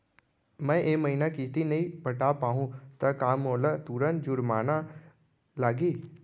मैं ए महीना किस्ती नई पटा पाहू त का मोला तुरंत जुर्माना लागही?